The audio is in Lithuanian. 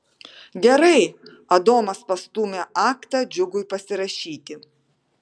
gerai adomas pastūmė aktą džiugui pasirašyti